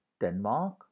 Denmark